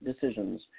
decisions